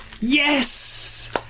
Yes